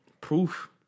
proof